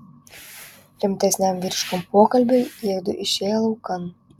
rimtesniam vyriškam pokalbiui jiedu išėję laukan